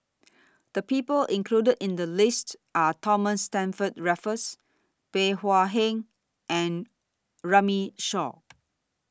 The People included in The list Are Thomas Stamford Raffles Bey Hua Heng and Runme Shaw